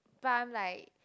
but I'm like